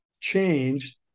change